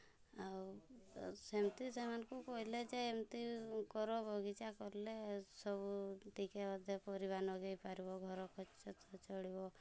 ଆଉ ସେମିତି ସେମାନଙ୍କୁ କହିଲେ ଯେ ଏମିତି କର ବଗିଚା କଲେ ସବୁ ଟିକେ ଅଧେ ପରିବା ଲଗାଇପାରିବ ଘର ଖର୍ଚ୍ଚ ଚଳିବ